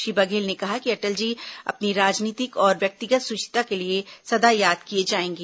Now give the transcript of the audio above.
श्री बघेल ने कहा कि अटल जी अपनी राजनीतिक और व्यक्तिगत सुचिता के लिए सदा याद किए जाएंगे